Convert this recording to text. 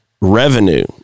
revenue